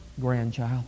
grandchild